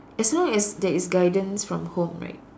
as long as there is guidance form home right